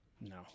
No